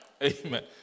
Amen